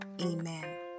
amen